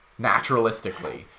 naturalistically